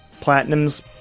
Platinum's